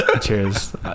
cheers